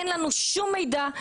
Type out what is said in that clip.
אין לנו שום מידע,